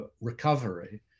recovery